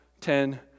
ten